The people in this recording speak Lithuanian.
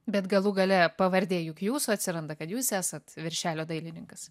bet galų gale pavardė juk jūsų atsiranda kad jūs esat viršelio dailininkas